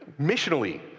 missionally